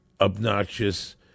obnoxious